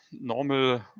normal